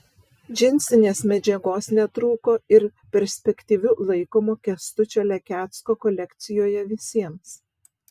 džinsinės medžiagos netrūko ir perspektyviu laikomo kęstučio lekecko kolekcijoje visiems